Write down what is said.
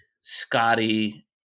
Scotty